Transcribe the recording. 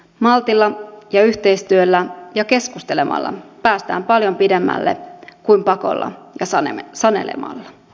maltilla ja yhteistyöllä ja keskustelemalla päästään paljon pidemmälle kuin pakolla ja saanemme sanelemaan a